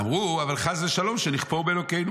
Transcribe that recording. אמרו: אבל חס ושלום שנכפור באלוהינו.